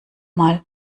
mal